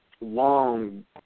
long